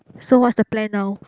so what's the plan now